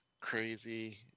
crazy